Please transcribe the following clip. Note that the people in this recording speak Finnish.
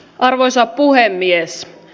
arvoisa puhemies